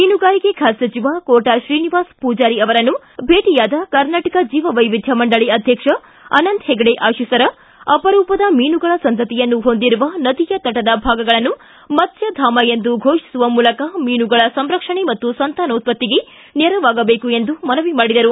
ಮೀನುಗಾರಿಕೆ ಖಾತೆ ಸಚಿವ ಕೋಟಾ ಶ್ರೀನಿವಾಸ ಪೂಜಾರಿ ಅವರನ್ನು ಭೇಟಿಯಾದ ಕರ್ನಾಟಕ ಜೀವವೈವಿಧ್ಯ ಮಂಡಳ ಅಧ್ಯಕ್ಷ ಅನಂತ್ ಹೆಡ್ಡೆ ಆಬೀಸರ ಅಪರೂಪದ ಮೀನುಗಳ ಸಂತತಿಯನ್ನು ಹೊಂದಿರುವ ನದಿಯ ತಟದ ಭಾಗಗಳನ್ನು ಮತ್ತ್ವಧಾಮ ಎಂದು ಫೋಷಿಸುವ ಮೂಲಕ ಮೀನುಗಳ ಸಂರಕ್ಷಣೆ ಮತ್ತು ಸಂತಾನೋತ್ವತ್ತಿಗೆ ನೆರವಾಗಬೇಕು ಎಂದು ಮನವಿ ಮಾಡಿದರು